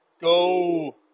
go